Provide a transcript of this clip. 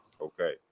Okay